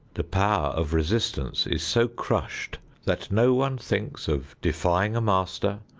the power of resistance is so crushed that no one thinks of defying a master,